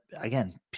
again